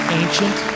ancient